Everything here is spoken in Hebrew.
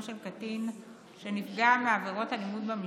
של קטין שנפגע בעבירות אלימות במשפחה,